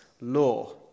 law